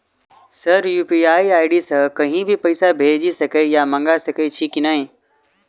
Sir UPI ID सँ कहि भी पैसा भेजि सकै या मंगा सकै छी की न ई?